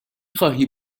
خواهی